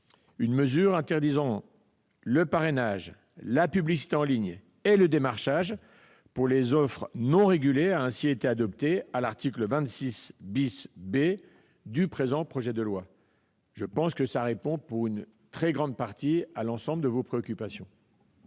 Une mesure interdisant le parrainage, la publicité en ligne et le démarchage pour les offres non régulées a ainsi été adoptée à l'article 26 B du présent projet de loi. Cela répond en très grande partie à l'ensemble de vos préoccupations.